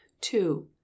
two